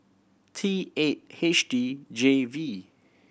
T eight H D J V